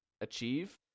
achieve